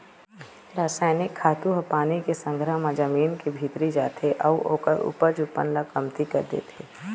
रसइनिक खातू ह पानी के संघरा म जमीन के भीतरी जाथे अउ ओखर उपजऊपन ल कमती कर देथे